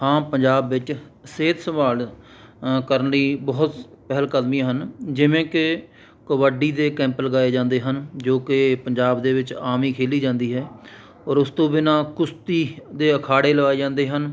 ਹਾਂ ਪੰਜਾਬ ਵਿੱਚ ਸਿਹਤ ਸੰਭਾਲ ਅ ਕਰਨ ਲਈ ਬਹੁਤ ਪਹਿਲਕਦਮੀਆਂ ਹਨ ਜਿਵੇਂ ਕਿ ਕਬੱਡੀ ਦੇ ਕੈਂਪ ਲਗਾਏ ਜਾਂਦੇ ਹਨ ਜੋ ਕਿ ਪੰਜਾਬ ਦੇ ਵਿੱਚ ਆਮ ਹੀ ਖੇਡੀ ਜਾਂਦੀ ਹੈ ਔਰ ਉਸ ਤੋਂ ਬਿਨਾਂ ਕੁਸ਼ਤੀ ਦੇ ਅਖਾੜੇ ਲਗਾਏ ਜਾਂਦੇ ਹਨ